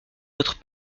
votre